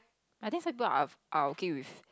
I think some people are are okay with